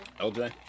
Okay